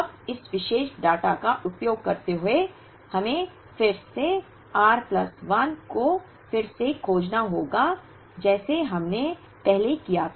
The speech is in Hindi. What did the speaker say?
अब इस विशेष डेटा का उपयोग करते हुए हमें फिर से r प्लस 1 को फिर से खोजना होगा जैसे हमने पहले किया था